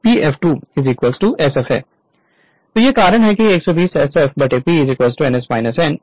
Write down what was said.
तो यही कारण है कि 120 sf P ns n यह इक्वेशन 4 है